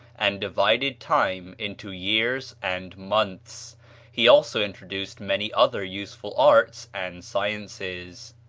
and divided time into years and months he also introduced many other useful arts and sciences.